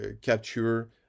capture